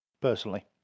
personally